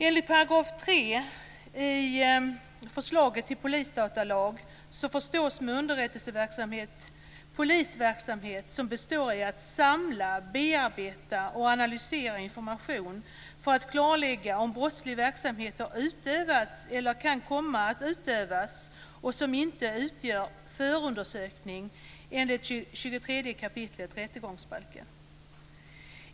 Enligt 3 § i förslaget till polisdatalag förstås med underrättelseverksamhet polisverksamhet som består i att samla, bearbeta och analysera information för att klarlägga om brottslig verksamhet har utövats eller kan komma att utövas och som inte utgör förundersökning enligt 23 kap. rättegångsbalken.